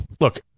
look